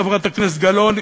חברת הכנסת גלאון,